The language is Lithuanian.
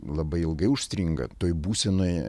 labai ilgai uzstringa toj būsenoj